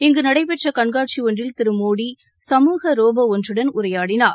இங்கு நடைபெற்ற கண்காட்சி ஒன்றில் திரு மோடி சமூக ரோபோ ஒன்றுடன் உரையாடினார்